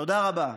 תודה רבה.